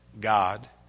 God